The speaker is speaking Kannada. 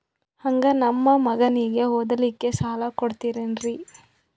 ಹಂಗ ನಮ್ಮ ಮಗನಿಗೆ ಓದಲಿಕ್ಕೆ ಸಾಲ ಕೊಡ್ತಿರೇನ್ರಿ?